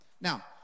Now